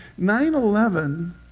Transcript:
9-11